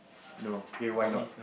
no okay why not